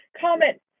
comment